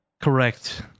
correct